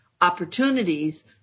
opportunities